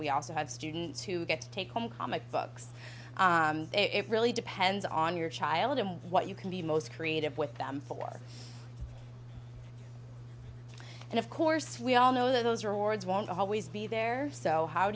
we also have students who get to take home comic books it really depends on your child and what you can be most creative with them for and of course we all know that those are awards won't always be there so how